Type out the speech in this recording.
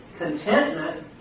Contentment